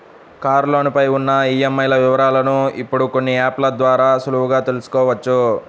కారులోను పై ఉన్న ఈఎంఐల వివరాలను ఇప్పుడు కొన్ని యాప్ ల ద్వారా సులువుగా తెల్సుకోవచ్చు